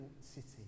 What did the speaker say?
city